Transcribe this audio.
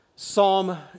Psalm